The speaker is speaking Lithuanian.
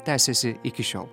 tęsiasi iki šiol